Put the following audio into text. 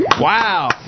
Wow